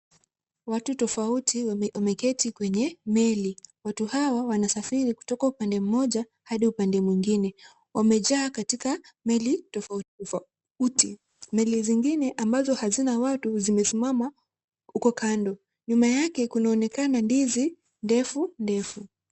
Watu tofauti wameketi kwenye meli. Watu hawa wanasafiri kutoka upande mmoja hadi upande mwengine. Wamejaa katika meli tofatuti tofauti. Meli zingine ambazo hazina watu zimesimama huko kando. Nyuma yake kunaonekana ndizi ndefu ndefu.